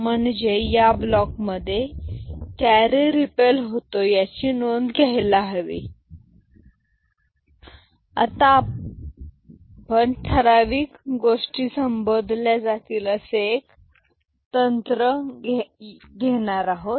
म्हणजे या ब्लॉक मध्ये कॅरी रिपल होतो याची नोंद घ्यायला हवी आता आपण ठराविक गोष्टी संबोधल्या जातील असे एक तंत्र येणार आहोत